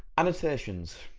annotations.